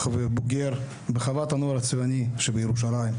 ובוגר בחוות הנוער הציוני בירושלים.